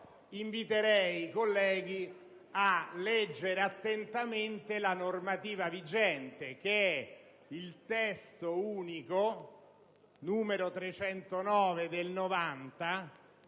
inviterei a leggere attentamente la normativa vigente, cioè il Testo unico n. 309 del 1990,